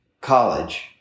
college